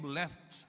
left